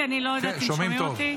כי אני לא יודעת אם שומעים אותי.